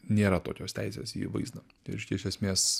nėra tokios teisės į vaizdą reiškia iš esmės